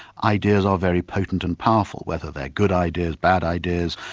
ideas are very potent and powerful, whether they're good ideas, bad ideas,